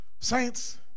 Saints